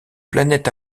planète